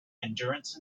endurance